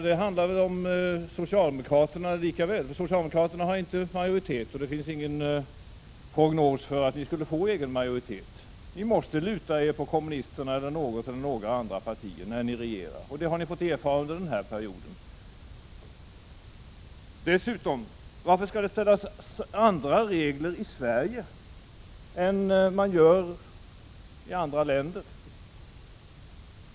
Det handlar väl om socialdemokraterna likaväl, eftersom socialdemokraterna inte har majoritet, och det inte finns någon prognos som pekar på att socialdemokraterna skulle få egen majoritet. Socialdemokraterna måste luta sig mot kommunisterna eller något annat parti när de regerar. Detta har ni fått erfara under denna period. Dessutom: Varför skall man ha andra regler i Sverige än man har i andra länder?